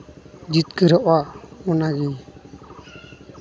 ᱡᱤᱛᱠᱟᱹᱨᱚᱜᱼᱟ ᱚᱱᱟᱜᱮ